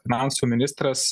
finansų ministras